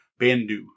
Bandu